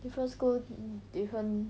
different school different